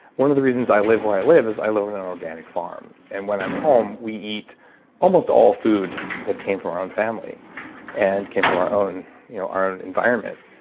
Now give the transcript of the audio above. one of the reasons i live where i live is i live on an organic farm. and when i'm home, we eat almost all food that came from our own family and came from our own you know our own environment.